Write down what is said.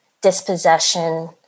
dispossession